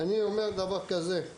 אני אומר דבר כזה: